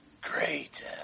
Great